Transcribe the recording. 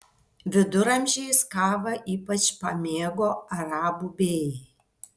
viduramžiais kavą ypač pamėgo arabų bėjai